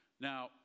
Now